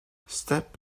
step